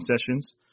sessions